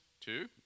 Two